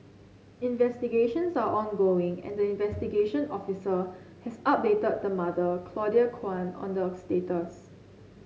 investigations are ongoing and the investigation officer has updated the mother Claudia Kwan on the of status